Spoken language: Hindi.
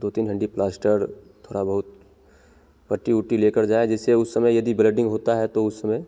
दो तीन हंडी प्लाश्तड़ थोड़ा बहुत पट्टी उट्टी लेकर जाएँ जिससे उस समय यदि ब्लडिंग होता है तो उस समय